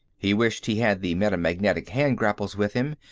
he wished he had the metamagnetic hand grapples with him.